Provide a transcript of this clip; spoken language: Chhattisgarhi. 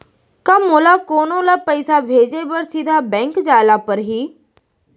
का मोला कोनो ल पइसा भेजे बर सीधा बैंक जाय ला परही?